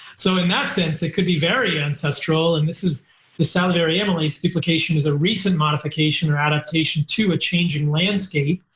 so in that sense, it could be very ancestral and this is the salivary amylase duplication is a recent modification or adaptation to a changing landscape.